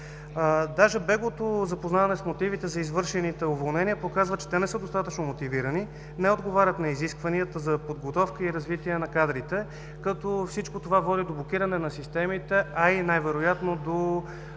Беглото запознаване с мотивите за извършените уволнения показва, че те не са достатъчно мотивирани, не отговарят на изискванията за подготовка и развитие на кадрите като всичко това води до блокиране на системите, а и най-вероятно до